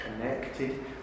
connected